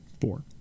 four